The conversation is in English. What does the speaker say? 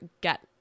get